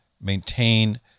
maintain